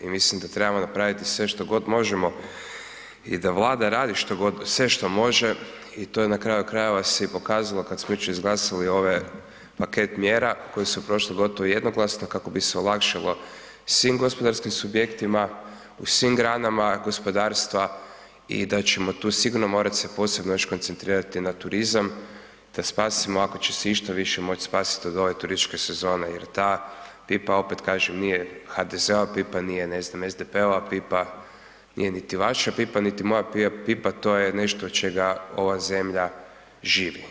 I mislim da trebamo napraviti sve što god možemo i da Vlada radi sve što može i to je na kraju krajeva se i pokazalo kada smo jučer izglasali ovaj paket mjera koje su prošle gotovo jednoglasno kako bi se olakšalo svim gospodarskim subjektima u svim granama gospodarstva i da ćemo tu sigurno morat se posebno još koncentrirati na turizam da spasimo ako će se išta više moći spasiti od ove turističke sezone jer ta pipa opet kažem nije HDZ-ova pita, ne znam nije SDP-ova pipa, nije niti vaša pipa, niti moja pipa, to je nešto od čega ova zemlja živi.